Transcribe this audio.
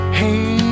hey